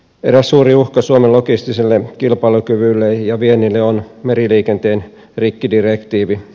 eräs suuri uhka suomen logistiselle kilpailukyvylle ja viennille on meriliikenteen rikkidirektiivi